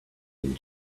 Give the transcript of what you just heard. been